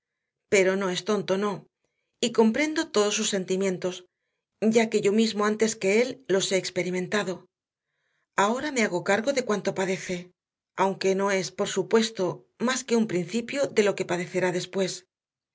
pero no es tonto no y comprendo todos sus sentimientos ya que yo mismo antes que él los he experimentado ahora me hago cargo de cuánto padece aunque no es por supuesto más que un principio de lo que padecerá después